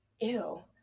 ew